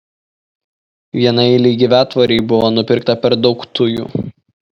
vienaeilei gyvatvorei buvo nupirkta per daug tujų